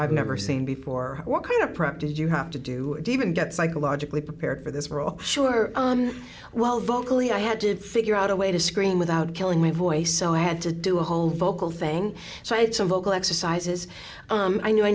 i've never seen before what kind of prep did you have to do even get psychologically prepared for this role sure well vocally i had to figure out a way to screen without killing my voice so i had to do a whole vocal thing so it's a vocal exercises i knew i